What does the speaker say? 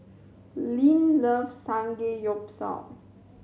Linn loves Samgeyopsal